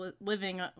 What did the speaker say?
living